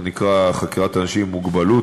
זה נקרא חקירת אנשים עם מוגבלות,